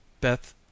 Beth